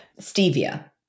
stevia